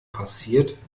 passiert